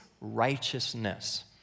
righteousness